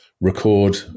record